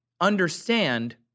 understand